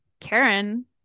Karen